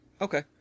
Okay